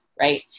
right